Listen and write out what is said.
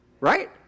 right